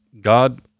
God